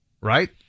Right